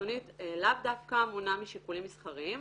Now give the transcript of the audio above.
חיצונית לאו דווקא מונע משיקולים מסחריים.